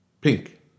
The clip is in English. Pink